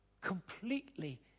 completely